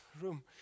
room